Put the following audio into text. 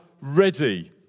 ready